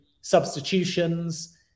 substitutions